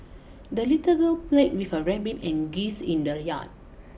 the little girl played with her rabbit and geese in the yard